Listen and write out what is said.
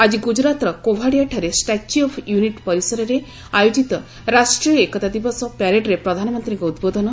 ଆଜି ଗୁଜରାତର କୋଭାଡ଼ିଆଠାରେ ଷ୍ଟାଚ୍ୟୁ ଅଫ୍ ୟୁନିଟ୍ ପରିସରରେ ଆୟୋଜିତ ରାଷ୍ଟ୍ରୀୟ ଏକତା ଦିବସ ପ୍ୟାରେଡ୍ରେ ପ୍ରଧାନମନ୍ତ୍ରୀଙ୍କ ଉଦ୍ବୋଧନ